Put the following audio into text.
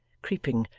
creeping,